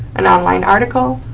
an online article,